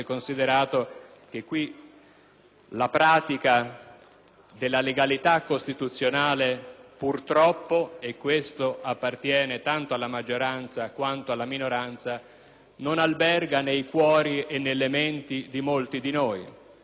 la pratica della legalità costituzionale purtroppo - e questo appartiene tanto alla maggioranza quanto alla minoranza - non alberga nei cuori e nelle menti di molti di noi.